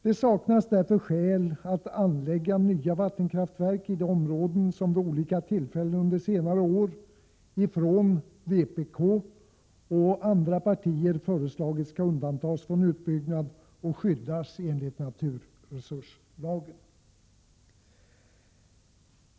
Skäl saknas därför att anlägga nya vattenkraftverk i de områden som vid olika tillfällen under senare år från vpk och andra partier föreslagits skall undantas från utbyggnad och skyddas enligt naturresurslagen.